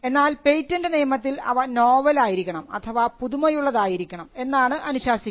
എന്നാൽ പേറ്റന്റ് നിയമത്തിൽ അവ നോവൽ ആയിരിക്കണം അഥവാ പുതുമയുള്ളതായിരിക്കണം എന്നാണ് അനുശാസിക്കുന്നത്